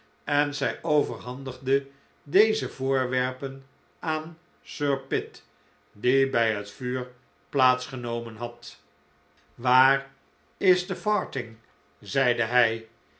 en zij overhandigde deze voorwerpen aan sir pitt die bij het vuur plaats genomen had waar is de farthing zeide hij